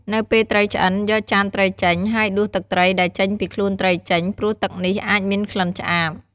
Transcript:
នៅពេលត្រីឆ្អិន យកចានត្រីចេញ ហើយ ដួសទឹកត្រីដែលចេញពីខ្លួនត្រីចេញ ព្រោះទឹកនេះអាចមានក្លិនឆ្អាប។